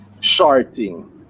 shorting